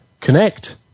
Connect